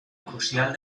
crucial